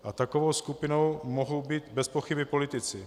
A takovou skupinou mohou být bezpochyby politici.